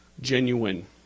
genuine